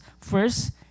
first